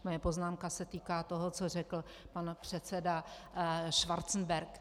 Moje poznámka se týká toho, co řekl pan předseda Schwarzenberg.